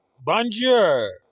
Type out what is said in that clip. Bonjour